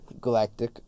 Galactic